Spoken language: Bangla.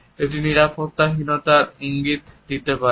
এটি নিরাপত্তাহীনতার ইঙ্গিত দিতে পারে